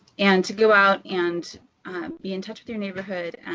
and to go out and be in touch with your neighborhood,